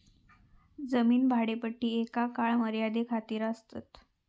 जमीन भाडेपट्टी एका काळ मर्यादे खातीर आसतात